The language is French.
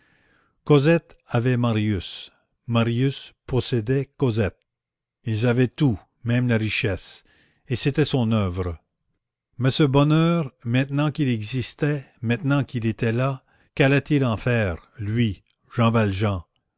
cosette avait marius marius possédait cosette ils avaient tout même la richesse et c'était son oeuvre mais ce bonheur maintenant qu'il existait maintenant qu'il était là qu'allait-il en faire lui jean valjean